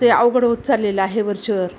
ते अवघड होत चाललेलं आहे वरचेवर